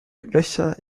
löcher